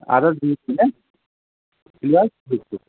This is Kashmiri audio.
اَدٕ